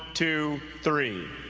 two, three.